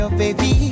baby